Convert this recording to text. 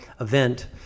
event